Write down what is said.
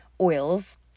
oils